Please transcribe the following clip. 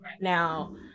now